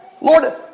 Lord